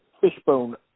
Fishbone